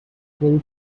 full